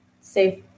safe